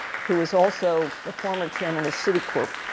who was also the former chairman of citicorp,